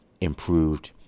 improved